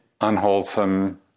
unwholesome